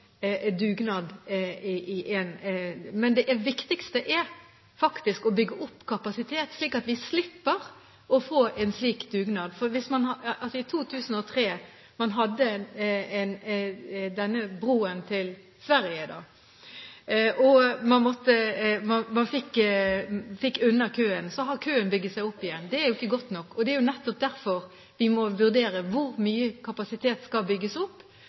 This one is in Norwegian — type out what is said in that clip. dugnad. Men det viktigste er faktisk å bygge opp kapasiteten, slik at vi slipper å få en slik dugnad. Etter at man i 2003 hadde denne broen til Sverige og fikk unna køen, har køen bygget seg opp igjen. Det er ikke godt nok. Det er nettopp derfor vi må vurdere hvor mye kapasitet som skal bygges opp,